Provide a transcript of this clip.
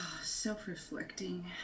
self-reflecting